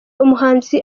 umuhanzi